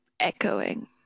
Echoing